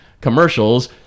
commercials